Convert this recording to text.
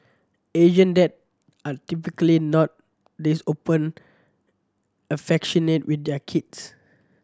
Asian dad are typically not this open affectionate with their kids